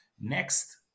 Next